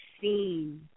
seen